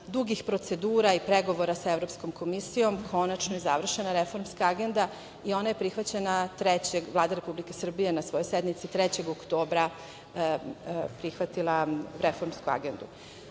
dugih procedura i pregovora sa Evropskom komisijom konačno je završena reformska agenda i ona je prihvaćena. Vlada Republike Srbije na svojoj sednici 3. oktobra je prihvatila reformsku agendu. Šta